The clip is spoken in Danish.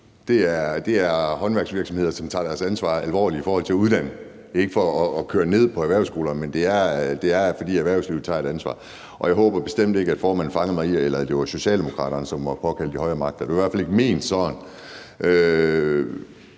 Det er håndværksvirksomheder, som tager deres ansvar alvorligt i forhold til at uddanne. Det er ikke for at køre erhvervsskolerne ned, men det er, fordi erhvervslivet tager et ansvar. Jeg håber bestemt ikke, at formanden fangede mig i, at det var Socialdemokraterne, der var som at påkalde de højere magter. Det var i hvert fald ikke ment sådan.